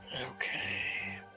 Okay